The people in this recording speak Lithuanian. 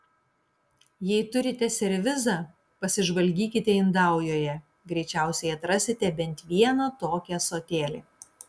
jei turite servizą pasižvalgykite indaujoje greičiausiai atrasite bent vieną tokį ąsotėlį